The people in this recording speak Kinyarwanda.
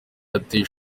ateye